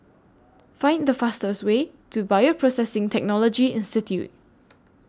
Find The fastest Way to Bioprocessing Technology Institute